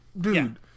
Dude